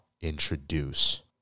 introduce